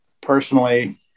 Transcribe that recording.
personally